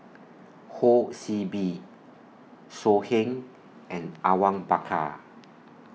Ho See Beng So Heng and Awang Bakar